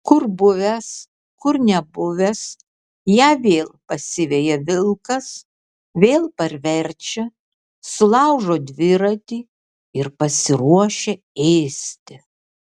kur buvęs kur nebuvęs ją vėl pasiveja vilkas vėl parverčia sulaužo dviratį ir pasiruošia ėsti